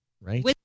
Right